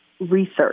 research